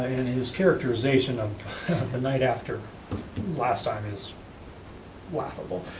and his characterization of the night after last time, is laughable,